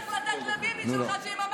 שילך לתת לביבי שלך.